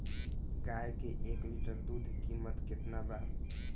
गाय के एक लीटर दूध कीमत केतना बा?